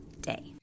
day